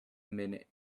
minute